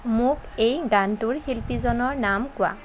মোক এই গানটোৰ শিল্পীজনৰ নাম কোৱা